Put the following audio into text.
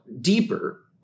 deeper